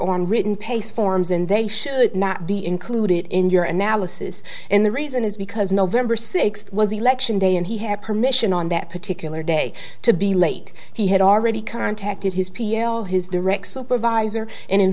on written pace forms and they should not be included in your analysis and the reason is because november sixth was election day and he had permission on that particular day to be late he had already contacted his p l his direct supervisor and